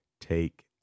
Take